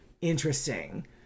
interesting